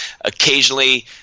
Occasionally